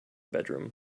bedroom